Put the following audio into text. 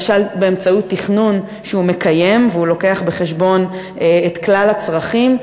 למשל באמצעות תכנון שמקיים ולוקח בחשבון את כלל הצרכים,